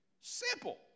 Simple